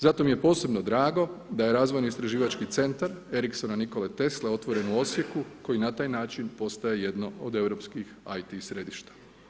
Zato mi je posebno drago da je razvojno istraživački centar Ericssona Nikole Tesle otvoren u Osijeku koji na taj način postaje jedno od Europskih IT središta.